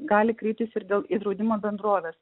gali kreiptis ir dėl draudimo bendrovės